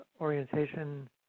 orientation